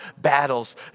battles